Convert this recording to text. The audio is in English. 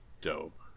dope